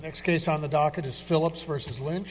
next case on the docket is philips versus l